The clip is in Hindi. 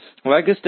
वर्कस्टेशन